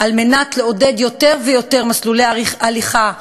על מנת לעודד יותר ויותר מסלולי הליכה,